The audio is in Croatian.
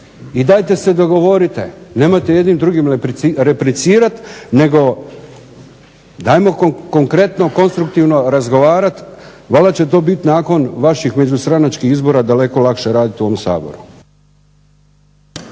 I dajte se dogovorite, nemojte jedni drugima replicirati, nego hajmo konkretno, konstruktivno razgovarati. Valjda će to bit nakon vaših međustranačkih izbora daleko lakše raditi u ovom Saboru.